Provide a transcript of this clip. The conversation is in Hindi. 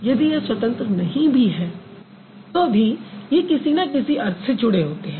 यदि यह स्वतंत्र नहीं भी है तो भी ये किसी न किसी अर्थ से जुड़े होते हैं